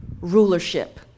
rulership